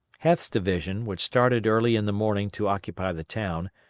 heth's division, which started early in the morning to occupy the town,